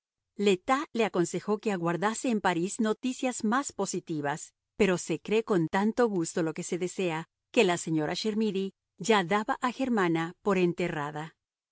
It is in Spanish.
tas le aconsejó que aguardase en parís noticias más positivas pero se cree con tanto gusto lo que se desea que la señora chermidy ya daba a germana por enterrada